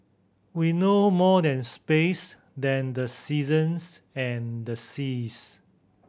we know more than space than the seasons and the seas